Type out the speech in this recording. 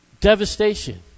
Devastation